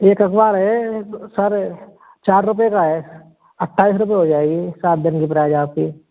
एक अखबार है सर चार रुपये का है अट्ठाईस रुपये हो जाएगी सात दिन की प्राइस आपकी